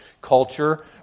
culture